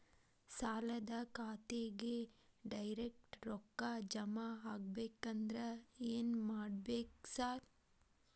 ಸಾಲದ ಖಾತೆಗೆ ಡೈರೆಕ್ಟ್ ರೊಕ್ಕಾ ಜಮಾ ಆಗ್ಬೇಕಂದ್ರ ಏನ್ ಮಾಡ್ಬೇಕ್ ಸಾರ್?